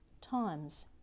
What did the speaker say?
times